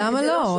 למה לא?